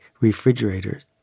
refrigerators